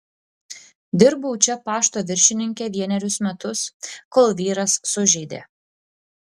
dirbau čia pašto viršininke vienerius metus kol vyras sužeidė